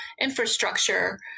infrastructure